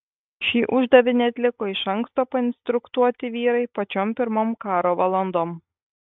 šį uždavinį atliko iš anksto painstruktuoti vyrai pačiom pirmom karo valandom